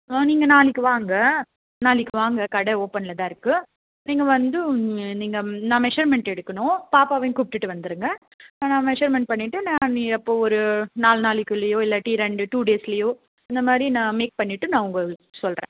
ஆ நீங்கள் நாளைக்கு வாங்க நாளைக்கு வாங்க கடை ஓப்பனில் தான் இருக்கு நீங்கள் வந்து நீங்கள் நான் மெஷர்மெண்ட் எடுக்கணும் பாப்பாவையும் கூப்பிட்டுட்டு வந்துருங்க நான் மெஷர்மெண்ட் பண்ணிவிட்டு நான் எப்போ ஒரு நாலு நாளைக்குள்ளையோ இல்லாட்டி ரெண்டு டூ டேஸ்லையோ இந்த மாதிரி நான் மேக் பண்ணிவிட்டு நான் உங்களுக்கு சொல்கிறேன்